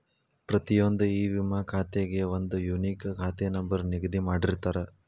ಪ್ರತಿಯೊಂದ್ ಇ ವಿಮಾ ಖಾತೆಗೆ ಒಂದ್ ಯೂನಿಕ್ ಖಾತೆ ನಂಬರ್ ನಿಗದಿ ಮಾಡಿರ್ತಾರ